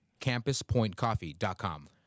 campuspointcoffee.com